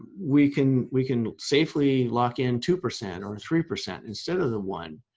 we can we can safely lock in two percent or three percent instead of the one?